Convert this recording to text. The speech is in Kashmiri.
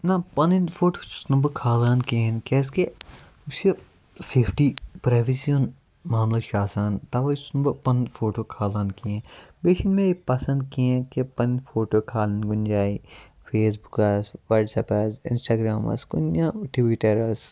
نہ پَنٕنۍ فوٹو چھُس نہٕ بہٕ کھالان کِہیٖنۍ کیٛازِ کہِ یُس یہِ سیفٹی پرٛیوِسی ہُنٛد معاملہٕ چھِ آسان تَوَے چھُس نہٕ بہٕ پَنُن فوٹو کھالان کِہیٖنۍ بیٚیہِ چھُنہٕ مےٚ یہِ پسنٛد کِہیٖنۍ کہِ پَنٕنۍ فوٹو کھالٕنۍ کُنہِ جایہِ فیسبُکَس وَٹسیپَس اِنسٹاگرٛامَس کُنہِ یا ٹُویٖٹَرَس